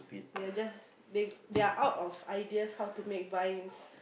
they are just they they're out of ideas how to make vines